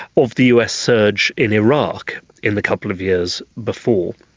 of the us surge in iraq in the couple of years before,